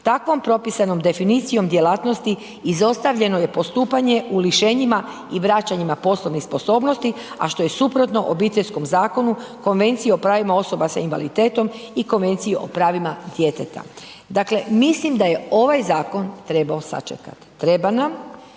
Takvom propisanom definicijom djelatnosti izostavljeno je postupanje u lišenjima i vraćanje na poslovne sposobnosti, a što je suprotno Obiteljskom zakonu, Konvenciji o pravima osoba s invaliditetom i Konvenciji o pravima djeteta. Dakle mislim da je ovaj zakon trebao sačekati. Trebala